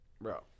bro